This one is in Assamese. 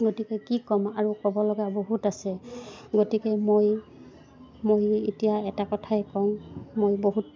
গতিকে কি ক'ম আৰু ক'ব লগা বহুত আছে গতিকে মই মই এতিয়া এটা কথাই কওঁ মই বহুত